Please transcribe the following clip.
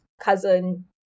cousin